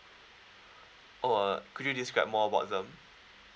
oh uh could you describe more about them